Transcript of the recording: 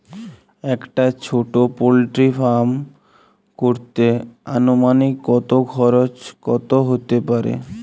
একটা ছোটো poultry farm করতে আনুমানিক কত খরচ কত হতে পারে?